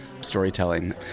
storytelling